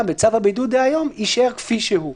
בצו הבידוד דהיום יישאר כפי שהוא.